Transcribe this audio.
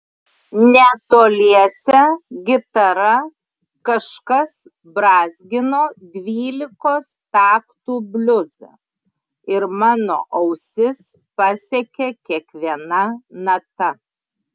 netoliese gitara kažkas brązgino dvylikos taktų bliuzą ir mano ausis pasiekė kiekviena nata